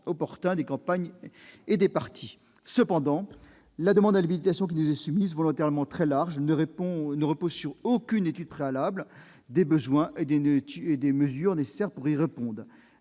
opportun des campagnes et des partis. Cependant, la demande d'habilitation qui nous est soumise, volontairement très large, ne repose sur aucune étude préalable des besoins et des mesures nécessaires pour y répondre.